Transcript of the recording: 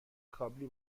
کابلی